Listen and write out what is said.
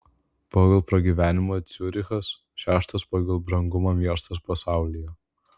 pagal pragyvenimą ciurichas šeštas pagal brangumą miestas pasaulyje